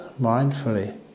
mindfully